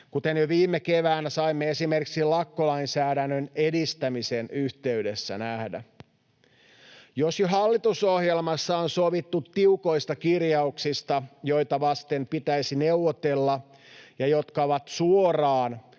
kuten jo viime keväänä saimme esimerkiksi lakkolainsäädännön edistämisen yhteydessä nähdä. Jos jo hallitusohjelmassa on sovittu tiukoista kirjauksista, joita vasten pitäisi neuvotella ja jotka ovat suoraan